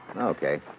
okay